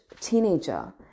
teenager